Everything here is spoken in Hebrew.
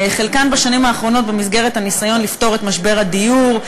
חלקן בשנים האחרונות במסגרת הניסיון לפתור את משבר הדיור,